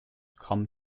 come